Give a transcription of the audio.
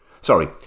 Sorry